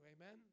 Amen